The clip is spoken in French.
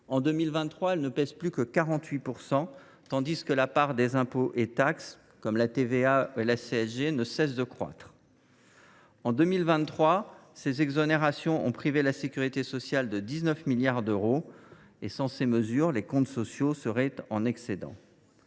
en 2023, elles ne pèsent plus que pour 48 %, tandis que la part des impôts et taxes, comme la TVA et la contribution sociale généralisée (CSG), ne cesse de croître. En 2023, ces exonérations ont privé la sécurité sociale de 19,3 milliards d’euros ; sans ces mesures, les comptes sociaux seraient en excédent…